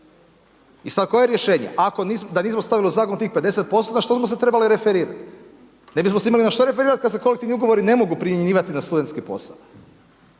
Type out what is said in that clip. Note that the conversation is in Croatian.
I sad koje je rješenje, ako da nismo stavili u zakon tih 50% na što bi se trebali referirati. Ne bismo se imali na što referirati kad se kolektivni ugovori ne mogu primjenjivati na studentski posao.